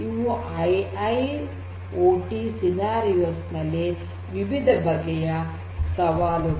ಇವುಗಳು I I O T ಯ ಸನ್ನಿವೇಶಗಳಲ್ಲಿ ವಿವಿಧ ಬಗೆಯ ಸವಾಲುಗಳು